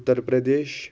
Uttar Pradesh